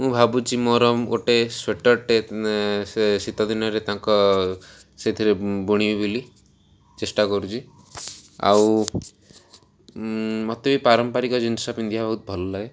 ମୁଁ ଭାବୁଛି ମୋର ଗୋଟେ ସ୍ଵେଟର୍ଟେ ସେ ଶୀତ ଦିନରେ ତାଙ୍କ ସେଥିରେ ବୁଣିବି ବୋଲି ଚେଷ୍ଟା କରୁଛି ଆଉ ମତେ ବି ପାରମ୍ପାରିକ ଜିନିଷ ପିନ୍ଧିବା ବହୁତ ଭଲ ଲାଗେ